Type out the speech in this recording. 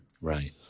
Right